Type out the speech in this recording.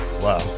Wow